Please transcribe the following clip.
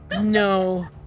No